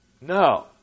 No